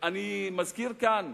אני מזכיר כאן: